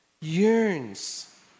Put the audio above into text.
Yearns